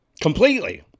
completely